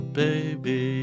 baby